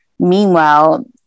Meanwhile